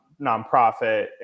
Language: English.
nonprofit